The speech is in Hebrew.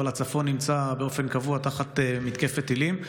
אבל הצפון נמצא באופן קבוע תחת מתקפת טילים.